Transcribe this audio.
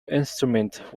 instrument